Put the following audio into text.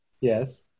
Yes